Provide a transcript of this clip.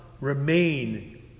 remain